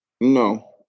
No